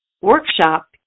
workshop